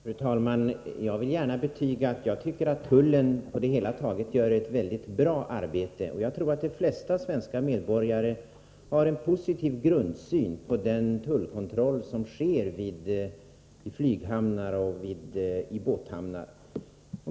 Fru talman! Jag vill gärna betyga att jag tycker att tullen på det hela taget gör ett mycket bra arbete, och jag tror att de flesta svenska medborgare har en positiv grundsyn vad gäller den tullkontroll som sker i flyghamnar och båthamnar.